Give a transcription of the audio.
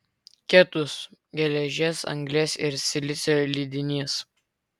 ketus geležies anglies ir silicio lydinys